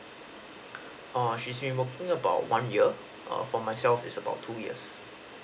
err she's been working about one year err for myself is around two years